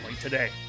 today